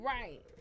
Right